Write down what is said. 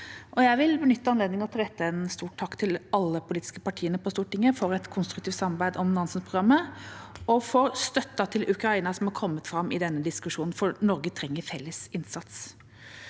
Jeg vil benytte anledningen til å rette en stor takk til alle de politiske partiene på Stortinget for et konstruktivt samarbeid om Nansen-programmet, og for støtten til Ukraina som har kommet fram i denne diskusjonen, for Norge trenger felles innsats.